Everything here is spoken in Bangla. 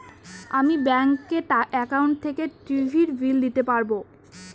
আমি ব্যাঙ্কের একাউন্ট থেকে টিভির বিল দিতে পারবো